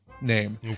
name